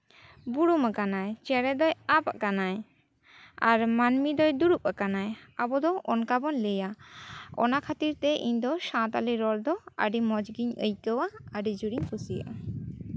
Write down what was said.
ᱵᱩᱨᱩᱢ ᱠᱟᱱᱟᱭ ᱪᱮᱬᱮ ᱫᱚᱭ ᱟᱵ ᱠᱟᱱᱟᱭ ᱟᱨ ᱢᱟᱹᱱᱢᱤ ᱫᱚᱭ ᱫᱩᱲᱩᱵ ᱠᱟᱱᱟᱭ ᱟᱵᱚ ᱫᱚ ᱚᱱᱠᱟ ᱵᱚᱱ ᱞᱟᱹᱭᱟ ᱚᱱᱟ ᱠᱷᱟᱹᱛᱤᱨ ᱛᱮ ᱤᱧ ᱫᱚ ᱥᱟᱱᱛᱟᱲᱤ ᱨᱚᱲ ᱫᱚ ᱟᱹᱰᱤ ᱢᱚᱡᱽ ᱜᱮᱧ ᱟᱹᱭᱠᱟᱹᱣᱟ ᱟᱹᱰᱤ ᱡᱳᱨᱤᱧ ᱠᱩᱥᱤᱭᱟᱜᱼᱟ